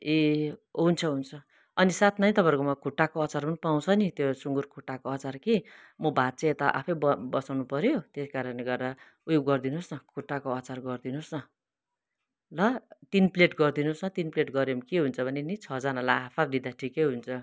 ए हुन्छ हुन्छ अनि साथमा तपाईँहरूकोमा खुट्टाको अचार पनि पाउँछ नि त्यो सुँगुरको खुट्टाको अचार कि म भात चाहिँ यता आफै ब बसाउनु पर्यो त्यही कारणले गर्दा उयो गरिदिनुहोस् न खुट्टाको अचार गरिदिनुहोस् न ल तिन प्लेट गरिदिनुहोस् न तिन प्लेट गर्यो भने के हुन्छ भने नि छजनालाई हाफ हाफ दिँदा ठिकै हुन्छ